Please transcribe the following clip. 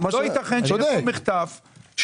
לא ייתכן שיעשו מחטף,